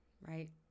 right